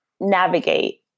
navigate